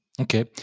Okay